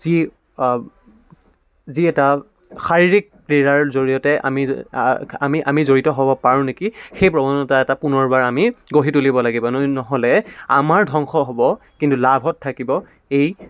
যি যি এটা শাৰীৰিক ক্ৰীড়াৰ জৰিয়তে আমি আমি আমি জড়িত হ'ব পাৰোঁ নেকি সেই প্ৰৱণতা এটা পুনৰবাৰ আমি গঢ়ি তুলিব লাগিব নহ'লে আমাৰ ধ্বংস হ'ব কিন্তু লাভত থাকিব এই